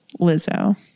Lizzo